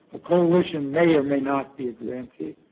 a coalition may or may not be a grantee.